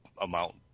amount